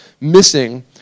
missing